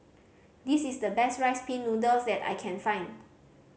this is the best Rice Pin Noodles that I can find